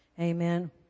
Amen